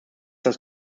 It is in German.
das